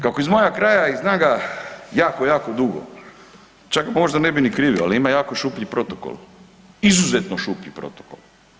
Kako je iz mog kraja i znam ga jako, jako dugo čak možda ne bi ni krivio, ali ima jako šuplji protokol, izuzetno šuplji protokol.